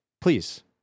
please